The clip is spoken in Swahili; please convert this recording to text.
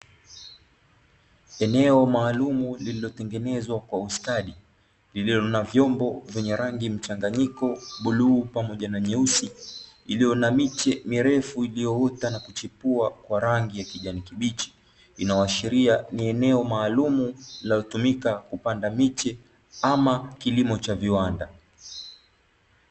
Eneo maalumu lililotengenezwa kwa ustadi, lililo na vyombo vyenye rangi mchanganyiko bluu pamoja na nyeusi, lililo na miche mirefu iliyoota na kuchipua kwa rangi ya kijani kibichi, inayoashiria ni eneo maalumu linalotumika kupanda miche ama kilimo cha viwanda.